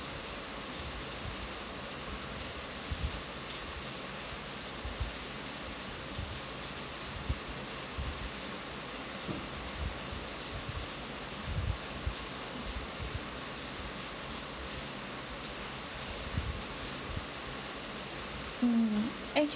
mm